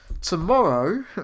Tomorrow